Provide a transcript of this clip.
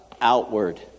Outward